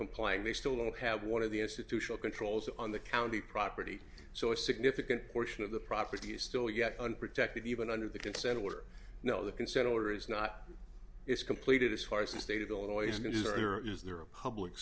complying they still don't have one of the institutional controls on the county property so a significant portion of the property is still yet unprotected even under the consent were no the consent order is not is completed as far as the state of illinois is going to there is there a public